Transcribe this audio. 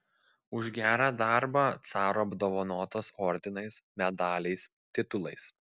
už gerą darbą caro apdovanotas ordinais medaliais titulais